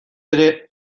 ere